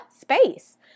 space